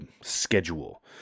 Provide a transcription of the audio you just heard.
schedule